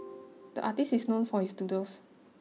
the artist is known for his doodles